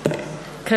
מחבריו של אריה דרעי.